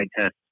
test